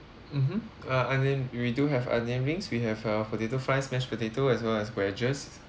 mmhmm uh onion we do have onion rings we have uh potato fries mashed potato as well as wedges